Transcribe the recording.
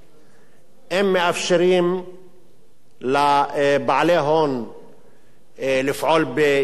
אם מאפשרים לבעלי ההון לפעול ביתר חופשיות,